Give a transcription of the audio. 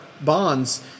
bonds